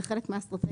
זאת חלק מהאסטרטגיה.